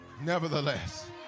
Nevertheless